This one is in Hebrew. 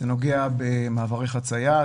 זה נוגע במעברי חציה,